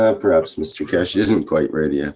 ah perhaps mr keshe isn't quite ready yet.